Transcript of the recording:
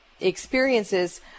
experiences